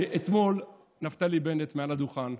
אתמול נפתלי בנט, מעל הדוכן,